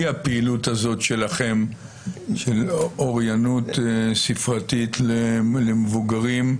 הפעילות הזאת שלכם של אוריינות ספרתית למבוגרים.